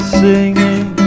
singing